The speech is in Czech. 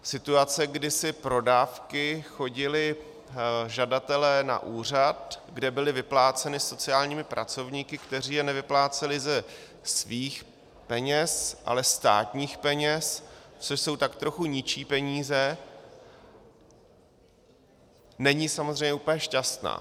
Situace, kdy si pro dávky chodili žadatelé na úřad, kde byly vypláceny sociálními pracovníky, kteří je nevypláceli ze svých peněz, ale státních peněz, což jsou tak trochu ničí peníze, není samozřejmě úplně šťastná.